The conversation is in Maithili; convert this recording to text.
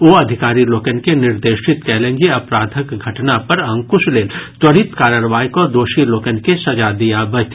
ओ अधिकारी लोकनि के निर्देशित कयलनि जे अपराधक घटना पर अंकुश लेल त्वरित कार्रवाई कऽ दोषी लोकनि के सजा दियाबथि